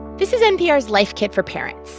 this is npr's life kit for parents.